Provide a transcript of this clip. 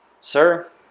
Sir